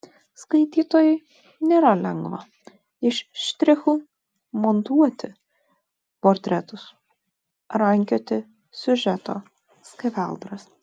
skaitytojui nėra lengva iš štrichų montuoti portretus rankioti siužeto skeveldras